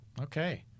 Okay